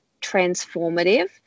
transformative